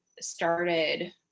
started